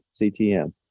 CTM